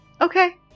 okay